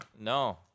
no